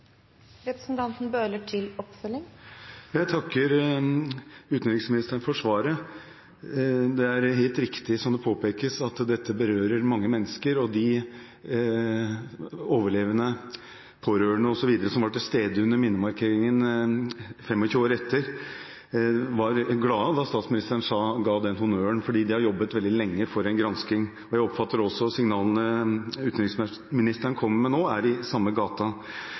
Jeg takker utenriksministeren for svaret. Det er helt riktig, som det påpekes, at dette berører mange mennesker, og de overlevende og pårørende som var til stede under minnemarkeringen 25 år etter, var glade da statsministeren ga den honnøren, for de har jobbet veldig lenge for en gransking. Jeg oppfatter også at signalene utenriksministeren kom med nå, er i samme